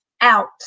out